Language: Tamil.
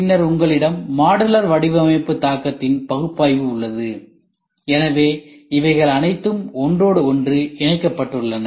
பின்னர் உங்களிடம் மாடுலர் வடிவமைப்பு தாக்கத்தின் பகுப்பாய்வு உள்ளது எனவே இவைகள் அனைத்தும் ஒன்றோடொன்று இணைக்கப்பட்டுள்ளன